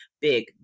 big